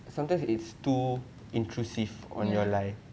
ya